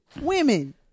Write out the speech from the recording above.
women